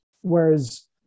Whereas